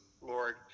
Lord